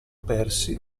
persi